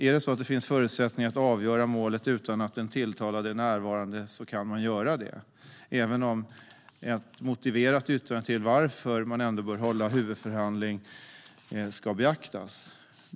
Om det finns förutsättningar att avgöra målet utan att den tilltalade är närvarande kan man göra det, även om ett motiverat yttrande till varför man ändå bör hålla huvudförhandling ska beaktas.